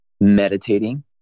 meditating